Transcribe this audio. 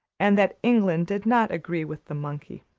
and that england did not agree with the monkey.